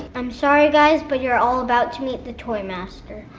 i'm sorry guys, but you're all about to meet the toymaster.